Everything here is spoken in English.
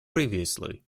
previously